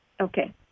Okay